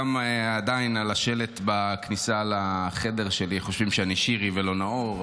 גם עדיין על השלט בכניסה לחדר שלי חושבים שאני שירי ולא נאור,